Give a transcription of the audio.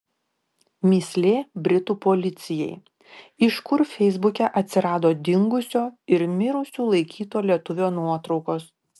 mįslė britų policijai iš kur feisbuke atsirado dingusio ir mirusiu laikyto lietuvio nuotraukos